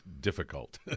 difficult